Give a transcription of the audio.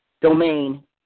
domain